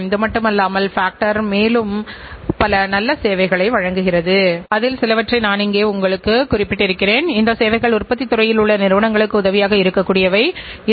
எனவே நாம் என்ன செய்யப் போகிறோம் விலையை மட்டுமே மீட்டெடுக்கப் போகிறோம் என்பதாகும்